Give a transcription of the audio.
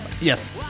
yes